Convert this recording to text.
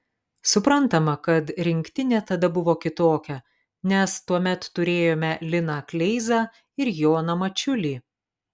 suprantama kad rinktinė tada buvo kitokia nes tuomet turėjome liną kleizą ir joną mačiulį